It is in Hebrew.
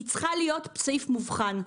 היא צריכה להיות סעיף מובחן.